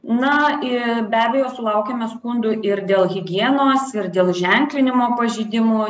na ir be abejo sulaukiame skundų ir dėl higienos ir dėl ženklinimo pažeidimų